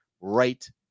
right